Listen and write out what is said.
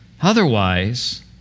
Otherwise